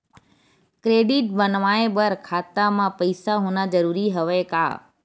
Credit बनवाय बर खाता म पईसा होना जरूरी हवय का?